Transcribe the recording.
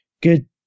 good